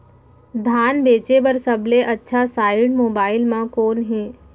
धान बेचे बर सबले अच्छा साइट मोबाइल म कोन हे?